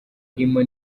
arimo